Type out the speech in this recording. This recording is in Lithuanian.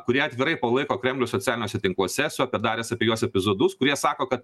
kurie atvirai palaiko kremlių socialiniuose tinkluose esu apie daręs apie juos epizodus kurie sako kad